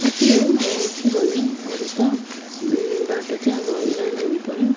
त्यति हो अब के भन्नु अरू त बाटो चाहिँ अब राम्रो हुनु पऱ्यो